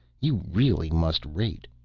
you really must rate.